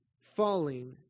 falling